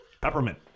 Peppermint